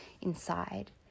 inside